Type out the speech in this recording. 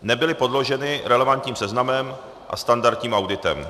Nebyly podloženy relevantním seznamem a standardním auditem.